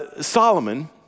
Solomon